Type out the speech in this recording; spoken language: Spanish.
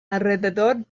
alrededor